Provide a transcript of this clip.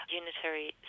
unitary